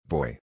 Boy